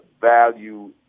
value